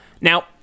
Now